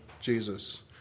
Jesus